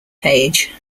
page